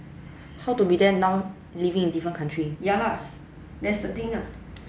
how to be there now living in different country